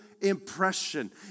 impression